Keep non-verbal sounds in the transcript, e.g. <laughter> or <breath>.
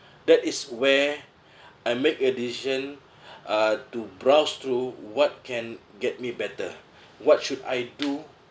that is where I make a decision <breath> uh to browse through what can get me better what should I do